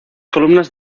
columnas